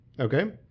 Okay